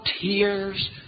tears